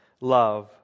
love